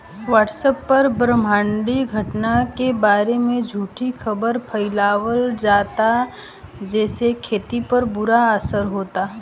WhatsApp पर ब्रह्माण्डीय घटना के बारे में झूठी खबर फैलावल जाता जेसे खेती पर बुरा असर होता